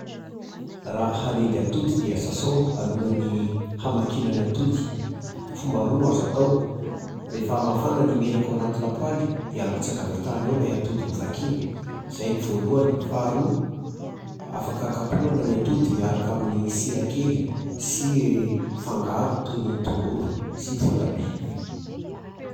Raha hanendy atody dia sasao alohan'ny hamakiana ny atody. Fomba roa no azo atao: rehefa mafana ny menaka ao anaty lapoaly dia arotsaka avy hatrany ao ilay atody novakiana. Izay no voalohany. Faharoa, afaka kapohana ny atody miaraka amin'ny sira kely sy fangaro toy ny tongolo sy voatabia